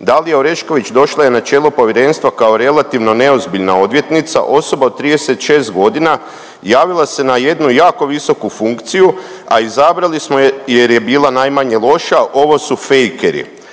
Dalija Orešković došla je na čelo Povjerenstva kao relativno neozbiljna odvjetnica, osoba od 36 godina javila se na jednu jako visoku funkciju, a izbrali smo je jer je bila najmanje loša. Ovo su fejkeri.